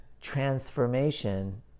transformation